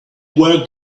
were